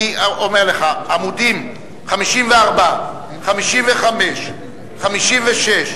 אני אומר לך, עמודים 54, 55, 56,